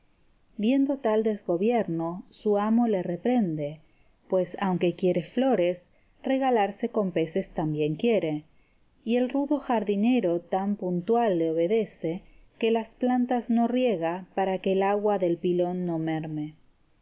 viendo tal desgobierno su amo le reprende pues aunque quiere flores regalarse con peces también quiere y el rudo jardinero tan puntual le obedece que las plantas no riega para que el agua del pilón no merme